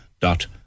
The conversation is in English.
dot